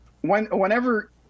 whenever